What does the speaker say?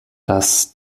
das